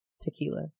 Tequila